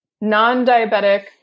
non-diabetic